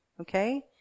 Okay